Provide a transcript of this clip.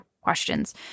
questions